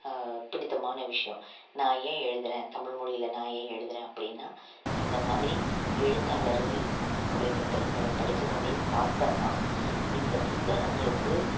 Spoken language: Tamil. பிடித்தமான விஷயம் நான் ஏன் எழுதுகிறேன் தமிழ்மொழியில் நான் ஏன் எழுதுகிறேன் அப்படினா இந்த மாதிரி எழுத்தாளர்களுடைய புத்தகங்களை படித்ததுனுடைய தாக்கம்தான் இந்த புத்தகங்களுக்கு